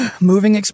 Moving